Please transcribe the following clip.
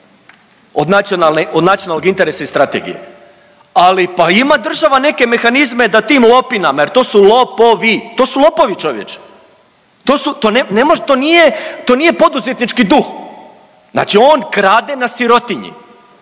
od nacionalnog interesa i strategije. Ali pa ima država neke mehanizme da tim lopinama jer to su lopovi, to su lopovi čovječe, to su, to nije, to nije poduzetnički duh, znači on krade na sirotinji.